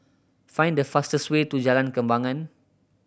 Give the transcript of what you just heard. find the fastest way to Jalan Kembangan